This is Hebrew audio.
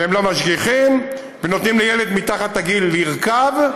ולא משגיחים, ונותנים לילד מתחת לגיל לרכוב?